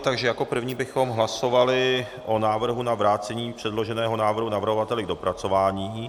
Jako jako první bychom hlasovali o návrhu na vrácení předloženého návrhu navrhovateli k dopracování.